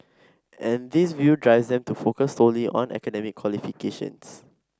and this view drives them to focus solely on academic qualifications